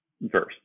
verse